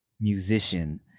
musician